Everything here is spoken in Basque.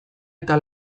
eta